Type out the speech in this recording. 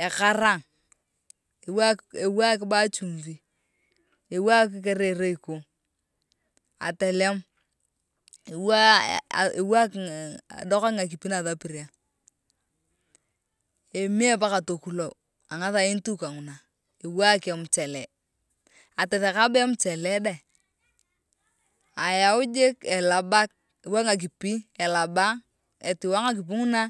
ekarang ewaak boo achumbi ewaak kerai eroyco atolemu ewaak edokak ngakipi kerai nasipiria emie paka tokulou angethain tu kanguna ewaak emchele atotheka bo emchele dae ayau jik elabu ewaak ngakipi elabu etiwa ngakipi nguna.